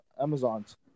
Amazons